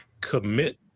commit